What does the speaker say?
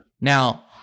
Now